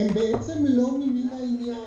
הם בעצם לא מין העניין.